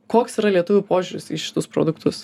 koks yra lietuvių požiūris į šitus produktus